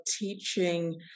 teaching